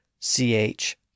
ch